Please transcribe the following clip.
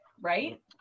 right